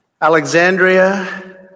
Alexandria